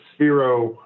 Sphero